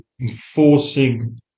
enforcing